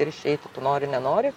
ir išeiti tu nori nenori